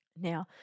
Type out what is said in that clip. Now